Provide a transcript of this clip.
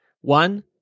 One